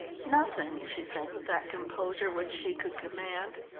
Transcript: nothing, she said with that composure which she could command.